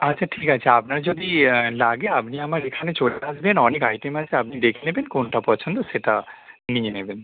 আচ্ছা ঠিক আছে আপনার যদি লাগে আপনি আমার এখানে চলে আসবেন অনেক আইটেম আছে আপনি দেখে নেবেন কোনটা পছন্দ সেটা নিয়ে নেবেন